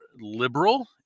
liberal